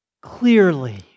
clearly